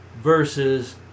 Versus